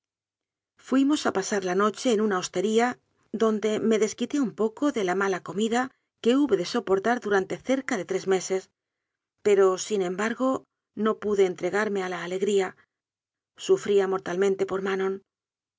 fuimos a pasar la noche en una hoistería donde me desquité un poco de la mala comida que hube de soportar du rante cerca de tres meses pero sin embargo no pude entregarme a la alegría sufría mortalmente